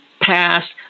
passed